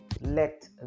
let